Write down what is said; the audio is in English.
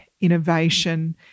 innovation